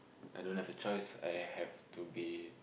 I don't a choice I have to be